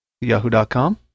yahoo.com